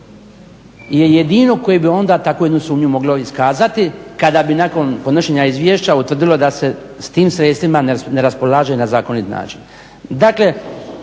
je jedino koje bi takvu jednu sumnju moglo iskazati kada bi nakon podnošenja izvješća utvrdilo da se s tim sredstvima ne raspolaže na zakonit način. Dakle,